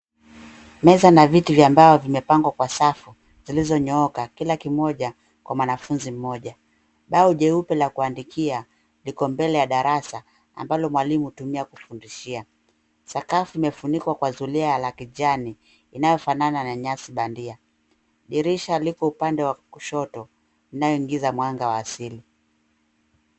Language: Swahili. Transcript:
Meza na viti vya mbao vimepangwa kwa safu zilizonyooka, kila kimoja kwa mwanafunzi mmoja. Bao jeupe la kuandika liko mbele ya darasa ambalo mwalimu hutumia kufundishia. Sakafu imefunikwa kwa zulia la kijani, inayofanana na nyasi bandia. Dirisha liko upande wa kushoto inayoingiza mwanga wa asili.